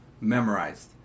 memorized